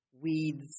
weeds